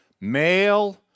male